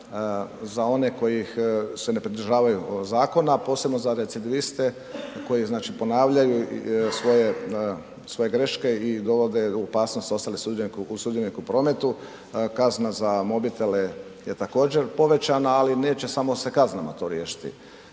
za one koji se ne pridržavaju zakona posebno za recidiviste koji znači ponavljaju svoje greške i dovode u opasnost ostale sudionike u prometu. Kazna za mobitele je također povećana ali neće samo se kaznama to riješiti.